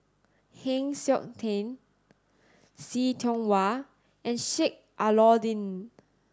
Heng Siok Tian See Tiong Wah and Sheik Alau'ddin